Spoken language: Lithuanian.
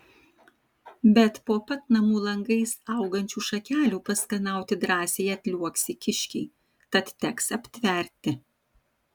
bet po pat namų langais augančių šakelių paskanauti drąsiai atliuoksi kiškiai tad teks aptverti